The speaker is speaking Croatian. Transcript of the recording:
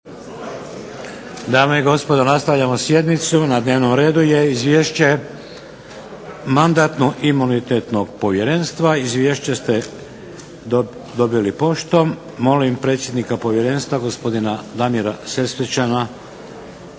Dame i gospodo, nastavljamo sjednicu. Na dnevnom redu je - 1. Izvješće Mandatno-imunitetnog povjerenstva. Izvješće ste dobili poštom. Molim predsjednika povjerenstva, gospodina Damira Sesvečana